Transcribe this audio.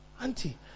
Auntie